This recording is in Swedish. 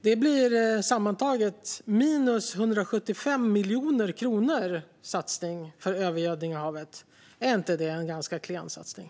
Det blir sammantaget minus 175 miljoner kronor i satsning mot övergödning av havet. Är inte det en ganska klen satsning?